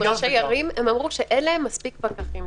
אני דיברתי עם ראשי ערים והם אמרו שאין להם מספיק פקחים.